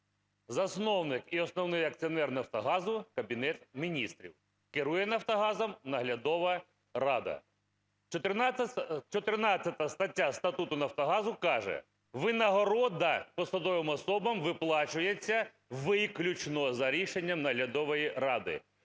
Засновник і основний акціонер "Нафтогазу" – Кабінет Міністрів. Керує "Нафтогазом" наглядова рада. 14 стаття Статуту "Нафтогазу" каже: "Винагорода посадовим особам виплачується виключно за рішенням наглядової ради".